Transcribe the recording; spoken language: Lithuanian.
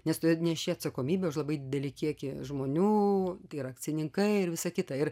nes tu neši atsakomybę už labai didelį kiekį žmonių tai yra akcininkai ir visa kita ir